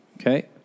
Okay